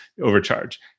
overcharge